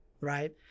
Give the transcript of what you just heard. right